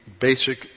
basic